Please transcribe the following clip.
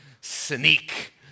sneak